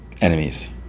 enemies